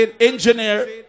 Engineer